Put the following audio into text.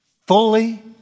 fully